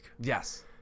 Yes